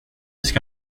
ska